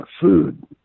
food